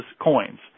coins